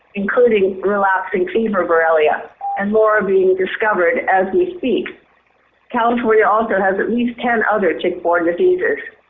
including relapsing fever borrelia and more being discovered as we california also has at least ten other tick-borne diseases.